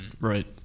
Right